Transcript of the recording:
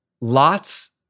lots